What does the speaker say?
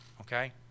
okay